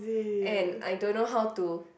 and I don't know how to